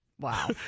Wow